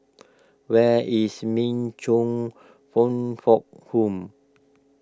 where is Min Chong fong fort Home